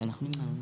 קובע שהסעיף התקבל.